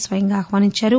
స్వయంగా ఆహ్వానించారు